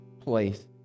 place